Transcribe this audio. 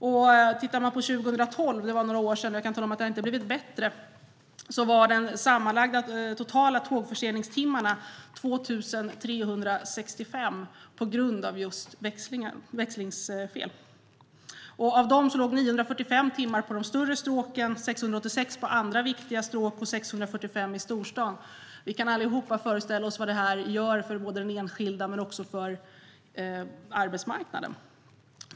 År 2012, för några år sedan - och det har inte blivit bättre - var de totala tågförseningstimmarna 2 365 på grund av just växelfel. Av dem låg 945 timmar på de större stråken, 686 på andra viktiga stråk och 645 i storstaden. Vi kan allihop föreställa oss vad det gör för den enskilda men också för arbetsmarknaden.